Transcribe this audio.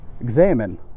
examine